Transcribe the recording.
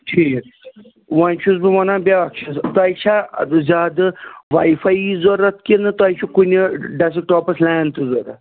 ٹھیٖک ۄۄنۍ چھُس بہٕ وَنان بیٛاکھ چیٖز تۄہہِ چھا زیادٕ واے فایی ضروٗرت کِنہٕ تۄہہِ چھُ کُنہِ ڈیسک ٹاپَس لین تہِ ضروٗرت